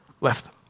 left